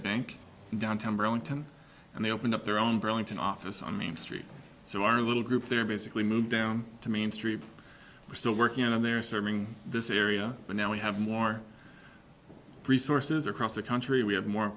bank downtown burlington and they opened up their own burlington office on main street so our little group there basically moved down to main street we're still working on there serving this area but now we have more resources across the country we have more